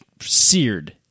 Seared